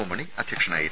M Mani അധ്യക്ഷനായിരുന്നു